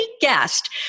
guest